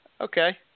Okay